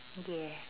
ya